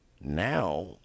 Now